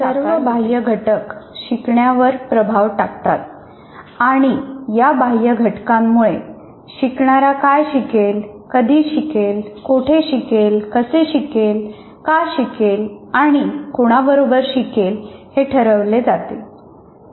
सर्व बाह्य घटक शिकणाऱ्यावर प्रभाव टाकतात आणि या बाह्य घटकांमुळे शिकणारा काय शिकेल कधी शिकेल कोठे शिकेल कसे शिकेल का शिकेल आणि कोणाबरोबर शिकेल हे ठरवले जाते